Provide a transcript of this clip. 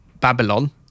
Babylon